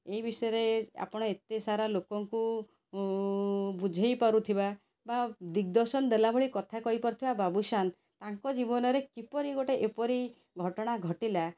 ଏ ବିଷୟରେ ଆପଣ ଏତେ ସାରା ଲୋକଙ୍କୁ ବୁଝେଇପାରୁଥିବା ବା ଦିଗ୍ଦର୍ଶନ ଦେଲାଭଳି କଥା କହିପାରୁଥିବା ବାବୁଶାନ ତାଙ୍କ ଜୀବନରେ କିପରି ଗୋଟେ ଏପରି ଘଟଣା ଘଟିଲା